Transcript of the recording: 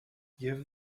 give